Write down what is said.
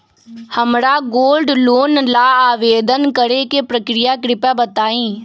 हमरा gold loan ला आवेदन करे के प्रक्रिया कृपया बताई